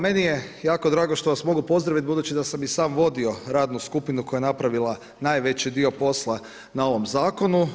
Meni je jako drago što vas mogu pozdravit, budući da sam i sam vodio radnu skupinu koja je napravila najveći dio posla na ovom zakonu.